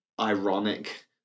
ironic